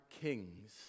kings